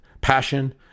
passion